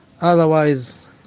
Otherwise